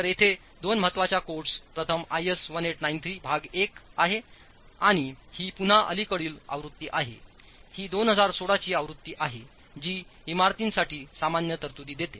तर येथे दोन महत्त्वाच्या कोड्सप्रथमIS1893 भाग 1 आहे आणि ही पुन्हा अलीकडील आवृत्ती आहे ही 2016 ची आवृत्ती आहे जी इमारतींसाठी सामान्य तरतूदी देते